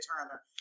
Turner